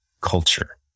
culture